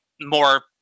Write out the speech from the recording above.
more